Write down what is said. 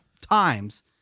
times